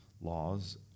laws